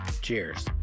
Cheers